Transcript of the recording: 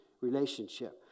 relationship